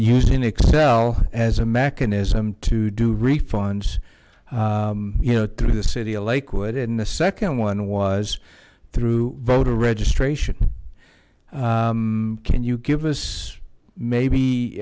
used in excel as a mechanism to do refunds you know through the city of lakewood and the second one was through voter registration can you give us maybe